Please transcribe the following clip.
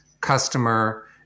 customer